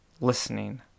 listening